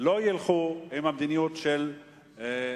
לא ילכו עם המדיניות של נתניהו,